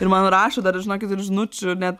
ir man rašo dar žinokit ir žinučių net